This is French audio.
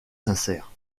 sincère